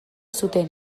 zuten